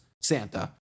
Santa